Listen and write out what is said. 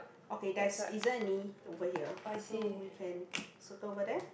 okay there's isn't any over here so we can circle over there